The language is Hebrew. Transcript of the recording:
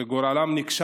שגורלן נקשר